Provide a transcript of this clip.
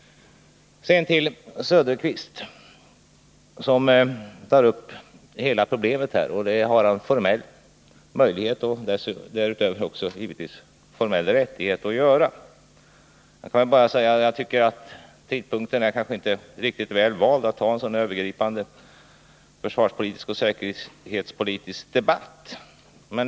Sedan till Oswald Söderqvist, som tar upp hela totalförsvarets avvägningsproblem. Det har han formell möjlighet att göra. Jag tycker att tidpunkten kanske inte är riktigt väl vald att ta upp en sådan övergripande försvarspolitisk och säkerhetspolitisk debatt.